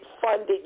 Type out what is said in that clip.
funded